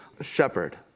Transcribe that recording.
shepherd